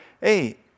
hey